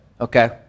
Okay